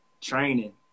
training